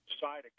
side